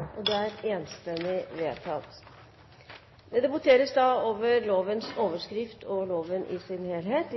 og med organisasjonene, at vi får gode resultater. Debatten i sak nr. 5 er dermed avsluttet. Stortinget er da klart til å gå til votering. Det voteres over lovens overskrift og loven i sin helhet.